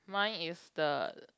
mine is the